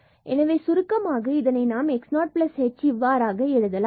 எனவே சுருக்கமாக இதனை நாம் x0h இவ்வாறாக எழுதலாம்